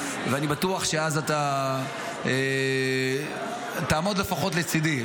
ואני בטוח שאז אתה תעמוד לפחות לצידי,